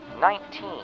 nineteen